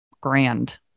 grand